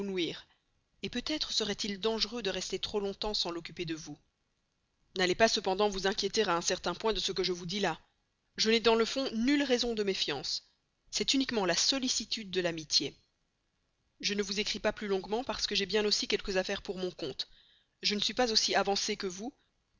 nuire peut-être serait-il dangereux de rester trop longtemps sans l'occuper de vous n'allez pas cependant vous inquiéter à un certain point de ce que je vous dis là je n'ai dans le fond nulle raison de méfiance c'est uniquement la sollicitude de l'amitié je ne vous écris pas plus longuement parce que j'ai bien aussi quelques affaires pour mon compte je ne suis pas aussi avancé que vous